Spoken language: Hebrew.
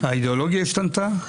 האידיאולוגיה השתנתה.